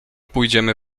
pójdziemy